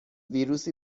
ویروسی